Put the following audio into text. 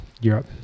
Europe